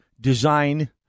design